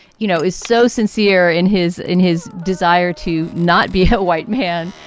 you know, is so sincere in his in his desire to not be a white man.